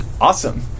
awesome